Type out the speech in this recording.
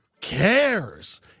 cares